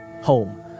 home